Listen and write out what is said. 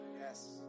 Yes